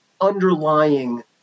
underlying